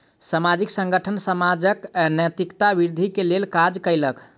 सामाजिक संगठन समाजक नैतिकता वृद्धि के लेल काज कयलक